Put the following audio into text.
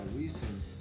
reasons